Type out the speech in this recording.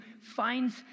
...finds